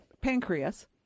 pancreas